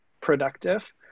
productive